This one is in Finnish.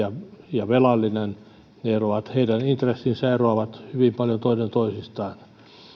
ja velallinen heidän intressinsä eroavat hyvin paljon toinen toisistaan